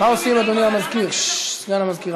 מה עושים, אדוני סגן המזכירה?